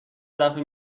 دفه